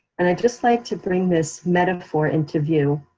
and i just like to bring this metaphor interview,